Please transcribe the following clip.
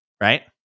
Right